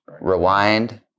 Rewind